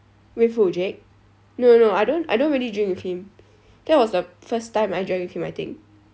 with who jake no no no I don't I don't really drink with him that was the first time I drank with him I think